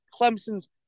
Clemson's